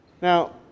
Now